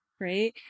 right